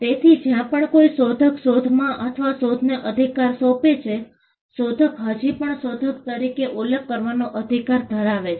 તેથી જ્યાં પણ કોઈ શોધક શોધમાં અથવા શોધને અધિકાર સોંપે છે શોધક હજી પણ શોધક તરીકે ઉલ્લેખ કરવાનો અધિકાર ધરાવે છે